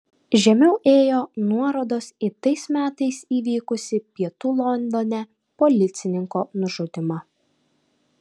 žemiau ėjo nuorodos į tais metais įvykusį pietų londone policininko nužudymą